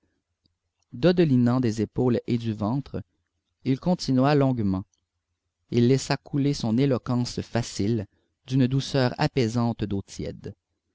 dodelinant des épaules et du ventre il continua longuement il laissa couler son éloquence facile d'une douceur apaisante d'eau tiède